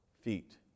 feet